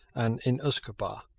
and in usquebaugh.